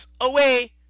away